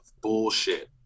bullshit